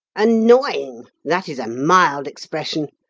annoying! that is a mild expression.